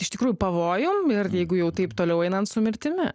iš tikrųjų pavojum ir jeigu jau taip toliau einant su mirtimi